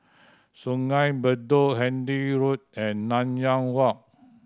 Sungei Bedok Handy Road and Nanyang Walk